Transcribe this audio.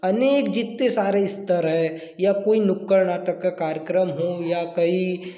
अनेक जितने सारे स्तर हैं या कोई नुक्कड़ नाटक का कार्यक्रम हो या कई